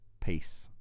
Peace